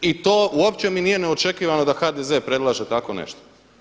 I to uopće mi nije neočekivano da HDZ predlaže tako nešto.